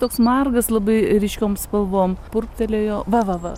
toks margas labai ryškiom spalvom purptelėjo va va